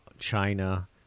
China